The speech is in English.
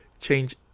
change